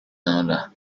another